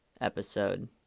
episode